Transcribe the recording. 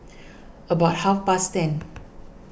about half past ten